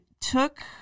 took